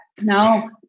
no